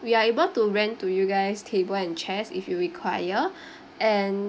we are able to rent to you guys table and chairs if you require and